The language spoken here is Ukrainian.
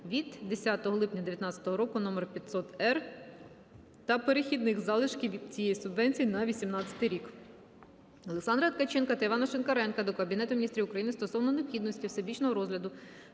від 10 липня 2019 р. № 500-р, та перехідних залишків від цієї субвенції на 2018 рік. Олександра Ткаченка та Івана Шинкаренка до Кабінету Міністрів України стосовно необхідності всебічного розгляду